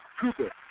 Cooper